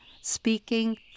speaking